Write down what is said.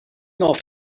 off